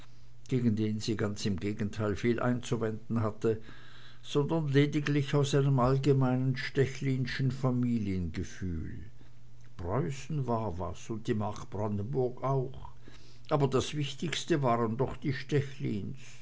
gegen den sie ganz im gegenteil viel einzuwenden hatte sondern lediglich aus einem allgemeinen stechlinschen familiengefühl preußen war was und die mark brandenburg auch aber das wichtigste waren doch die